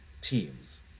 teams